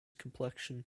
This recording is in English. complexion